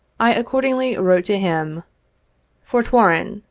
i accordingly wrote to him fort warren,